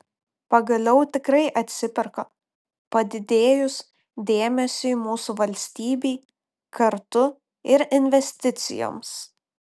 pagaliau tikrai atsiperka padidėjus dėmesiui mūsų valstybei kartu ir investicijoms